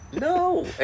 No